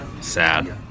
Sad